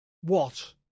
What